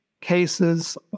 cases